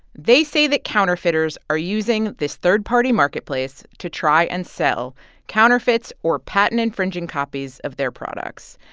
they say that counterfeiters are using this third-party marketplace to try and sell counterfeits or patent-infringing copies of their products.